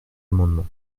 amendement